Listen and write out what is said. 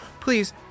please